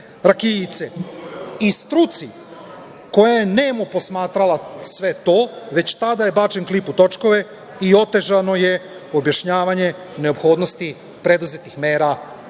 rakijice.I, struci koja je nemo posmatrala sve to, već tada je bačen klip u točkove i otežano je objašnjavanje neophodnosti preduzetih mera